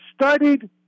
studied